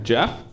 Jeff